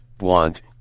want